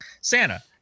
Santa